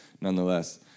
nonetheless